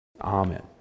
Amen